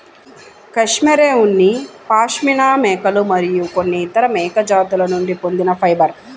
cashmere ఉన్ని పాష్మినా మేకలు మరియు కొన్ని ఇతర మేక జాతుల నుండి పొందిన ఫైబర్